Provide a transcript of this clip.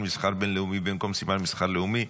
מסחר בין-לאומי במקום סימן מסחר לאומי),